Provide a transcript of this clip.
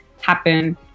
happen